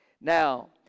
Now